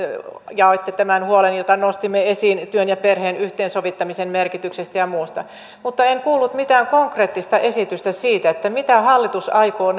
jaoitte tämän huolen jota nostimme esiin työn ja perheen yhteensovittamisen merkityksestä ja muusta mutta en kuullut mitään konkreettista esitystä siitä mitä hallitus aikoo